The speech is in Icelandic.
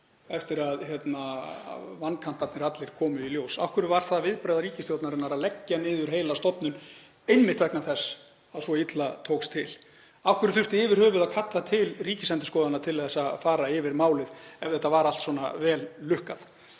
eftir að vankantarnir allir komu í ljós? Af hverju var það viðbragð ríkisstjórnarinnar að leggja niður heila stofnun einmitt vegna þess að svo illa tókst til? Af hverju þurfti yfir höfuð að kalla til Ríkisendurskoðun til að fara yfir málið ef þetta var allt svona vel lukkað?